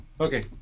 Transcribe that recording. Okay